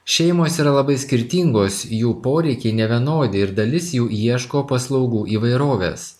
šeimos yra labai skirtingos jų poreikiai nevienodi ir dalis jų ieško paslaugų įvairovės